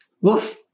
Woof